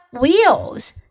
wheels